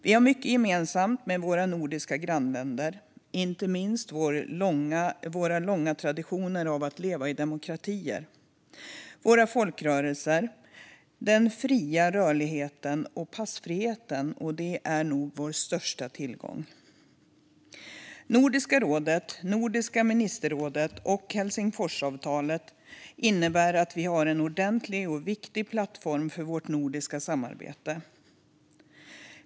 Vi har mycket gemensamt med våra nordiska grannländer, inte minst våra långa traditioner av att leva i demokratier, våra folkrörelser, den fria rörligheten och passfriheten. Det är nog vår största tillgång. Nordiska rådet, Nordiska ministerrådet och Helsingforsavtalet innebär att vi har en ordentlig och viktig plattform för det nordiska samarbetet.